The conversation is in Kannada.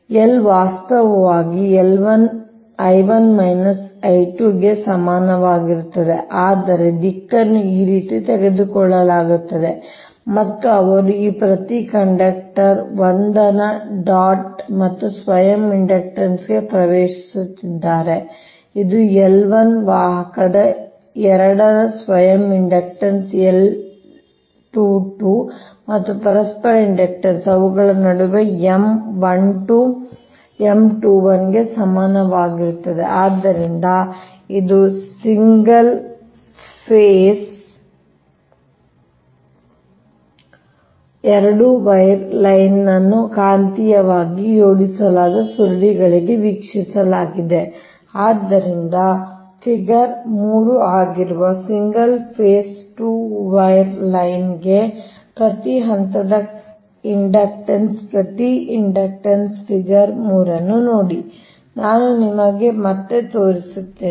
ಆದ್ದರಿಂದ L ವಾಸ್ತವವಾಗಿ I1 I 2 ಗೆ ಸಮನಾಗಿರುತ್ತದೆ ಆದರೆ ದಿಕ್ಕನ್ನು ಈ ರೀತಿ ತೆಗೆದುಕೊಳ್ಳಲಾಗುತ್ತದೆ ಮತ್ತು ಅವರು ಈ ಪ್ರತಿ ಕಂಡಕ್ಟರ್1 ನ ಡಾಟ್ ಮತ್ತು ಸ್ವಯಂ ಇಂಡಕ್ಟನ್ಸ್ಗೆ ಪ್ರವೇಶಿಸುತ್ತಿದ್ದಾರೆ ಇದು L11 ವಾಹಕ 2 ರ ಸ್ವಯಂ ಇಂಡಕ್ಟನ್ಸ್ L 22 ಮತ್ತು ಪರಸ್ಪರ ಇಂಡಕ್ಟನ್ಸ್ ಅವುಗಳ ನಡುವೆ M 12 M 21 ಗೆ ಸಮಾನವಾಗಿರುತ್ತದೆ ಆದ್ದರಿಂದ ಇದು ಸಿಂಗಲ್ ಫೇಸ್ 2 ವೈರ್ ಲೈನ್ ಅನ್ನು 2 ಕಾಂತೀಯವಾಗಿ ಜೋಡಿಸಲಾದ ಸುರುಳಿಗಳಾಗಿ ವೀಕ್ಷಿಸಲಾಗಿದೆ ಆದ್ದರಿಂದ ಫಿಗರ್ 3 ಆಗಿರುವ ಸಿಂಗಲ್ ಫೇಸ್ 2 ವೈರ್ ಲೈನ್ ಗೆ ಪ್ರತಿ ಹಂತದ ಇಂಡಕ್ಟನ್ಸ್ ಪ್ರತಿ ಇಂಡಕ್ಟನ್ಸ್ ಫಿಗರ್ 3 ಅನ್ನು ನೋಡಿ ನಾನು ನಿಮಗೆ ಮತ್ತೆ ತೋರಿಸುತ್ತೇನೆ